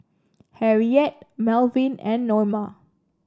Harriette Malvin and Norma